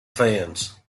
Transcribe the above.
fans